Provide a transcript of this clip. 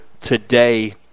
today